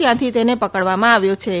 ત્યાંથી તેને પકડવામાં આવ્યોછે